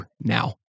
now